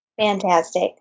Fantastic